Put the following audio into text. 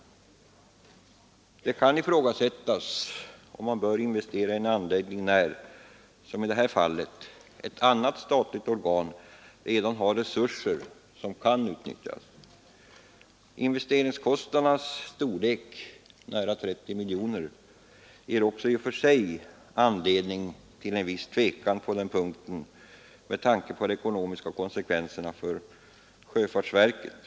Det kan ifrågasättas om man bör investera i en anläggning när, som i detta fall, ett annat statligt organ redan har resurser som kan utnyttjas. Investeringskostnadernas storlek, nära 30 miljoner kronor, ger också anledning till en viss tvekan på den punkten med tanke på de ekonomiska konsekvenserna för sjöfartsverket.